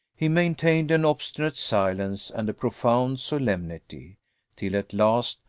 he maintained an obstinate silence, and a profound solemnity till at last,